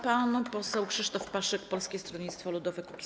Pan poseł Krzysztof Paszyk, Polskie Stronnictwo Ludowe - Kukiz15.